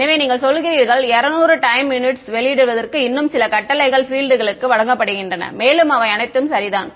எனவே நீங்கள் சொல்கிறீர்கள் 200 டைம் யுனிட்ஸ் வெளியிடுவதற்கு இன்னும் சில கட்டளைகள் பீல்டுகளுக்கு வழங்கப்படுகின்றன மேலும் அவை அனைத்தும் சரிதான்